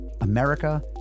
America